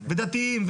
ודתיים,